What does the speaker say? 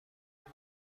کنم